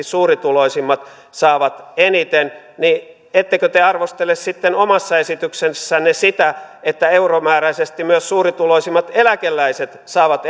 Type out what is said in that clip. suurituloisimmat saavat eniten niin ettekö te arvostele sitten omassa esityksessänne sitä että euromääräisesti myös suurituloisimmat eläkeläiset saavat